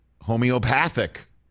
homeopathic